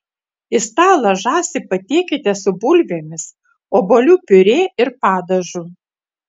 į stalą žąsį patiekite su bulvėmis obuolių piurė ir padažu